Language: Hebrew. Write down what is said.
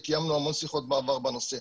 וקיימנו המון שיחות בעבר בנושא,